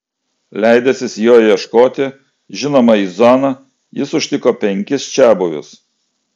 leidęsis jo ieškoti žinoma į zoną jis užtiko penkis čiabuvius